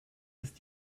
ist